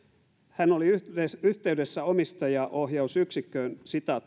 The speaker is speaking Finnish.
hän oli yhteydessä yhteydessä omistajaohjausyksikköön